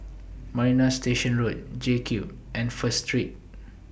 Marina Station Road JCube and First Street